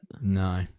No